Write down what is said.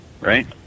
right